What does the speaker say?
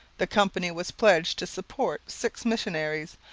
the company was pledged to support six missionaries,